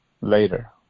later